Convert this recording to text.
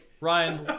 Ryan